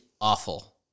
awful